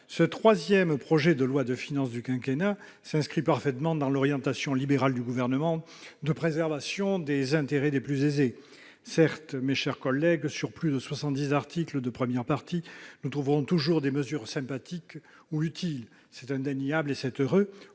Ce troisième projet de loi de finances du quinquennat s'inscrit parfaitement dans l'orientation libérale du Gouvernement de préservation des intérêts des plus aisés. Certes, sur plus de soixante-dix articles de première partie, nous trouverons toujours des mesures sympathiques ou utiles : c'est indéniable et c'est heureux,